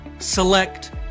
Select